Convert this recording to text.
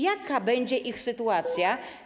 Jaka będzie ich sytuacja?